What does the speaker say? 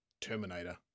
Terminator